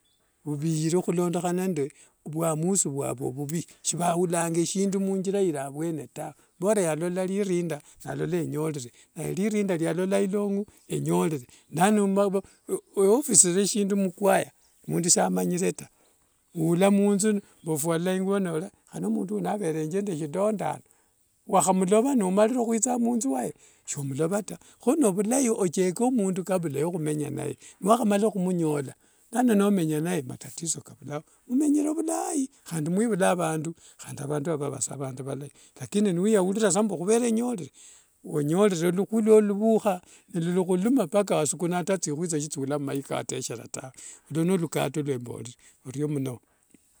Oviere hulondohana nende vhuamusi vhuovi vuvi. Shivauriranga eshindu munthira iliyavwene tawe. Bora yalola lirinda nalola enyolele naye lirinda lialola ilongi enyolele nalo ewe ofisire shindu mukwaya, mundu samanyire tawe, ula munthu mbwofwalula inguvo, hane mundu averenge nende sidonda, wakhamulova nowanyire huitha munthu waye shomulova ta. Kho nivulai ocheke mundu kabla ya humenya naye. Niwahamala humunyola nano nomenya naye, matatizo kavulao. Mumenyere vilai handi nimwivula vandu handi vandu avo vavasa vandu valai. Lakini weyaulira sa mbu khuvera nyorere, onyore luhwi luao luvukha lulikhu khuluma mbaka wasukuna ata thihwi sithula umaika watekhera tawe. Olo n lukata luamborere, orio mno.